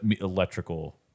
Electrical